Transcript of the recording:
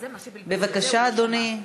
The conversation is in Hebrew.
בבקשה, אדוני.